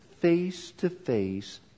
face-to-face